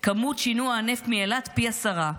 כמות שינוע הנפט מאילת פי עשרה,